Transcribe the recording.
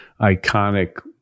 iconic